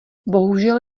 bohužel